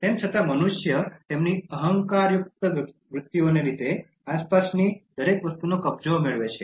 તેમ છતાં મનુષ્ય તેમની અહંકારયુક્ત વૃત્તિઓને લીધે આસપાસની દરેક વસ્તુનો કબજો મેળવે છે